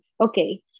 Okay